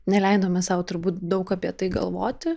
neleidome sau turbūt daug apie tai galvoti